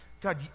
God